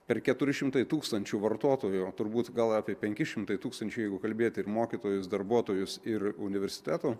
per keturi šimtai tūkstančių vartotojų turbūt gal apie penki šimtai tūkstančių jeigu kalbėti mokytojus darbuotojus ir universiteto